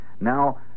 Now